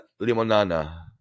Limonana